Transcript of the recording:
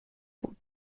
بود